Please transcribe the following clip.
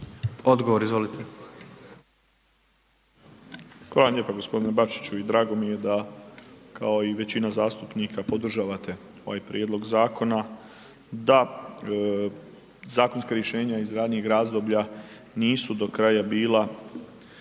(HDZ)** Hvala vam lijepa g. Bačiću i drago mi je da kao i većina zastupnika podržavate ovaj prijedlog zakona, da zakonska rješenja iz ranijih razdoblja nisu do kraja bila